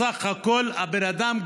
בסך הכול הבן אדם,